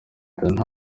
rwanda